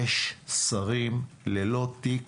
יש שרים ללא תיק